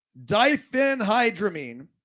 diphenhydramine